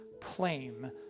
claim